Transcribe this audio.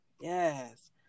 Yes